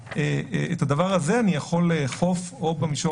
ואת הדבר הזה אני יכול לאכוף או במישור